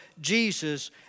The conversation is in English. Jesus